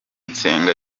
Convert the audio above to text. nsenga